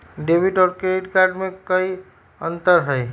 Debit और credit card में कई अंतर हई?